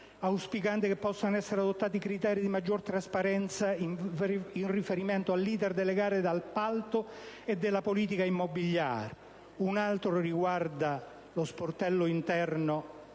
auspicando che possano essere adottati criteri di maggior trasparenza in riferimento all'*iter* delle gare di appalto e della politica immobiliare. Un altro ordine del giorno